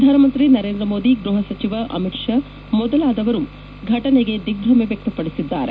ಪ್ರಧಾನಮಂತ್ರಿ ನರೇಂದ್ರ ಮೋದಿ ಗೃಹಸಚಿವ ಅಮಿತ್ ಶಾ ಮೊದಲಾದವರು ಘಟನೆಗೆ ದಿಗ್ದಮೆ ವ್ಯಕ್ತಪಡಿಸಿದ್ದಾರೆ